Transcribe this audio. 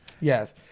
Yes